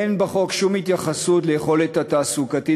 אין בחוק שום התייחסות ליכולת התעסוקתית